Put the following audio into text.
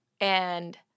and-